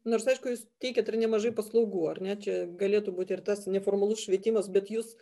nors aišku jūs teikiat nemažai paslaugų ar ne čia galėtų būti ir tas neformalus švietimas bet jūs